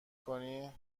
کنی